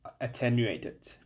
attenuated